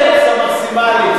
בתקרת המס המקסימלית.